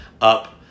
up